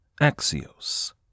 Axios